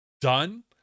done